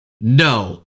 No